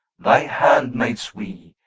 thy handmaids we,